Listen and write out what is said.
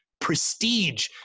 prestige